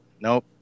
Nope